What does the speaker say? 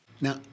Now